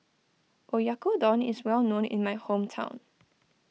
Oyakodon is well known in my hometown